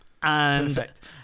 Perfect